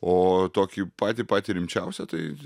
o tokį patį patį rimčiausią tai